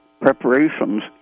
preparations